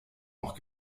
noch